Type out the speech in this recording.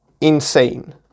insane